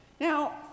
Now